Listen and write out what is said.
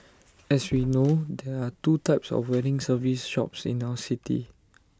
as we know there are two types of wedding service shops in our city